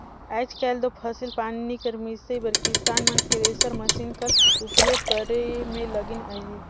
आएज काएल दो फसिल पानी कर मिसई बर किसान मन थेरेसर मसीन कर उपियोग करे मे लगिन अहे